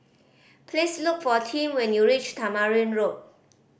please look for Tim when you reach Tamarind Road